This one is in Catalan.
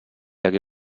hagué